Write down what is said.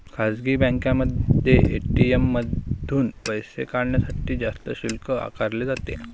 खासगी बँकांमध्ये ए.टी.एम मधून पैसे काढण्यासाठी जास्त शुल्क आकारले जाते